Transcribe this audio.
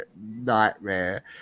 nightmare